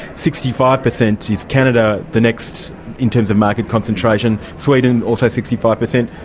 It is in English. sixty five percent is canada, the next in terms of market concentration, sweden also sixty five percent,